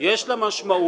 יש לה משמעות.